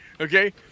Okay